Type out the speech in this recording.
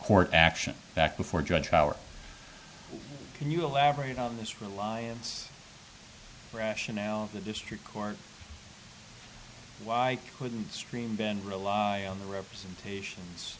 court action back before judge howard can you elaborate on this reliance rationale of the district court why wouldn't stream then rely on the representations